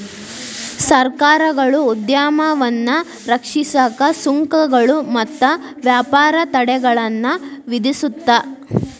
ಸರ್ಕಾರಗಳು ಉದ್ಯಮವನ್ನ ರಕ್ಷಿಸಕ ಸುಂಕಗಳು ಮತ್ತ ವ್ಯಾಪಾರ ತಡೆಗಳನ್ನ ವಿಧಿಸುತ್ತ